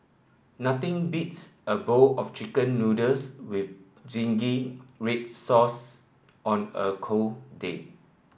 nothing beats a bowl of chicken noodles with zingy red sauce on a cold day